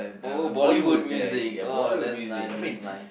oh Bollywood music oh that's nice that's nice